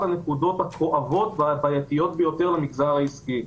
הדוגמות הכואבות והבעייתיות ביותר במגזר העסקי.